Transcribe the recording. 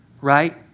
right